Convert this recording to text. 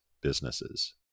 businesses